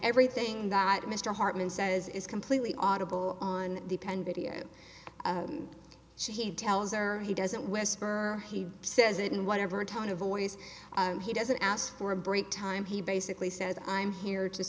everything that mr hartman says is completely audible on the penn video so he tells her he doesn't whisperer he says it in whatever tone of voice he doesn't ask for a break time he basically says i'm here to